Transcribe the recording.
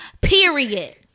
Period